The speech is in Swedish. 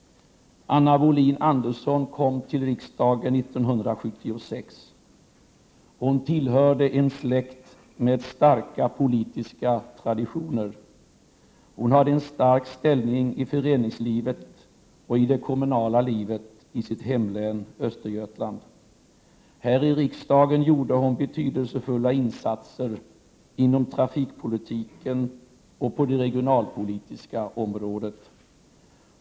Anna Wohlin-Andersson kom till riksdagen 1976. Hon tillhörde en släkt med starka politiska traditioner. Hon hade en stark förankring i föreningslivet och i det kommunala livet i sitt hemlän Östergötland. Här i riksdagen gjorde hon betydelsefulla insatser inom trafikpolitiken och på det regionalpolitiska området.